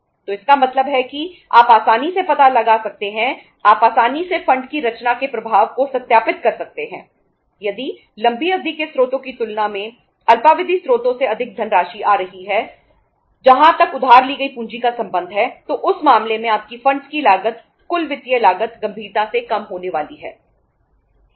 और RO E की लागत कुल वित्तीय लागत गंभीरता से कम होने वाली है